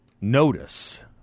notice